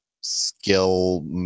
skill